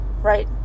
right